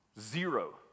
Zero